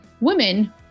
women